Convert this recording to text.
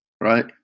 right